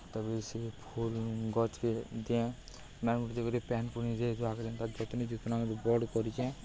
ତା'ପରେ ସେ ଫୁଲ୍ ଗଛ୍କେ ଦିଏଁ ମାଏଟ୍ ମୁଟି ଦେଇକରି ପାଏନ୍ ପୁନି ଦେଇ ଦୁଆ କରି ତାର୍ ଜତ୍ନଜୁତ୍ନ କରି ବଡ଼୍ କରିଚେଁ